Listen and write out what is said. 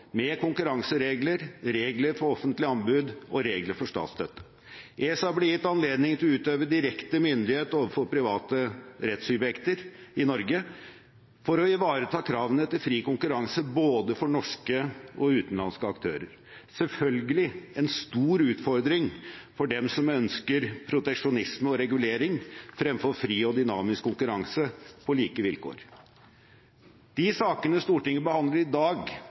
med konkurranseregler, regler for offentlige anbud og regler for statsstøtte. ESA ble gitt anledning til å utøve direkte myndighet overfor private rettssubjekter i Norge for å ivareta kravene til fri konkurranse både for norske og utenlandske aktører – selvfølgelig en stor utfordring for dem som ønsker proteksjonisme og regulering fremfor fri og dynamisk konkurranse på like vilkår. De sakene Stortinget behandler i dag,